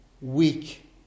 weak